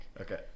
Okay